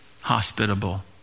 hospitable